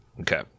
Okay